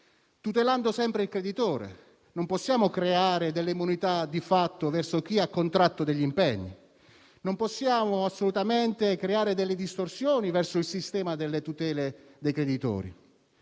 tutelando sempre il creditore. Non possiamo creare delle immunità di fatto verso chi ha contratto degli impegni. Non possiamo assolutamente creare delle distorsioni verso il sistema delle tutele dei creditori.